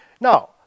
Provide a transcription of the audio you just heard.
Now